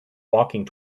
walking